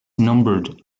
numbered